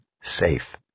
safe